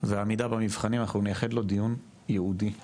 והעמידה במבחנים אנחנו נייחד לו דיון ייעודי שלומית,